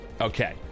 Okay